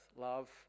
love